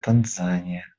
танзания